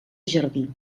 jardí